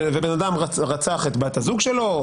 ובן אדם רצח את בת הזוג שלו,